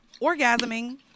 orgasming